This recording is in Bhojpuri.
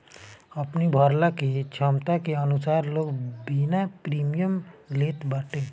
अपनी भरला के छमता के अनुसार लोग बीमा प्रीमियम लेत बाटे